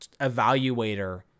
evaluator